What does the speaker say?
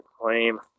claim